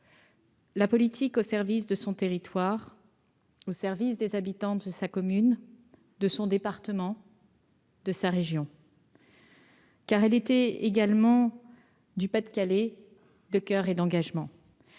La politique au service de son territoire au service des habitants de sa commune de son département. De sa région. Car elle était également du Pas-de-Calais, de coeur et d'engagement